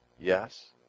Yes